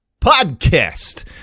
podcast